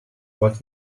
болж